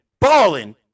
balling